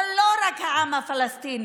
אבל לא רק העם הפלסטיני,